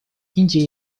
индия